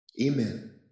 Amen